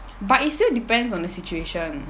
but it still depends on the situation